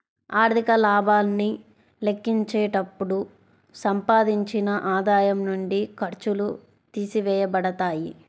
ఆర్థిక లాభాన్ని లెక్కించేటప్పుడు సంపాదించిన ఆదాయం నుండి ఖర్చులు తీసివేయబడతాయి